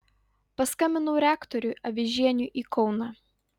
paskambinau rektoriui avižieniui į kauną